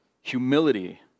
humility